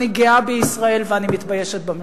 אני גאה בישראל ואני מתביישת בממשלה.